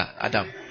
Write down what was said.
Adam